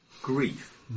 grief